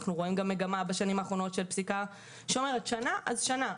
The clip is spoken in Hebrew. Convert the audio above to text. אנחנו במגמה בשנים האחרונות של פסיקה שאומרת: שנה אז שנה,